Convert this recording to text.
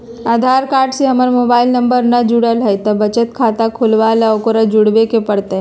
आधार card से हमर mobile number न जुरल है त बचत खाता खुलवा ला उकरो जुड़बे के पड़तई?